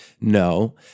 no